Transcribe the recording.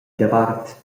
davart